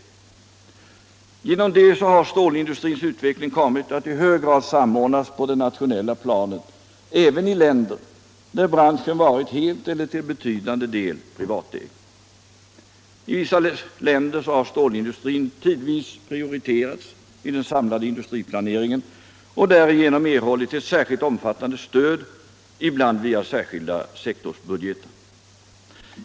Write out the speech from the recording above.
Därigenom har stålindustrins utveckling kommit att i hög grad samordnas på det nationella planet — även i länder där branschen varit helt eller till betydande del privatägd. I vissa länder har stålindustrin tidvis prioriterats i den samlade industriplaneringen och därigenom erhållit särskilt omfattande stöd, ibland via särskilda sektorsbudgetar.